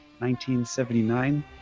1979